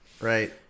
Right